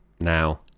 Now